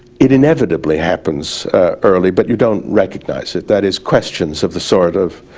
it inevitably happens early, but you don't recognize it. that is questions of the sort of